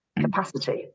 capacity